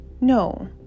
no